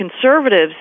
conservatives